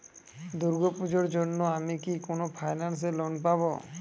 দূর্গা পূজোর জন্য আমি কি কোন ফাইন্যান্স এ লোন পাবো?